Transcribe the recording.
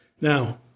Now